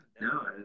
No